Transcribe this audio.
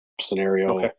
scenario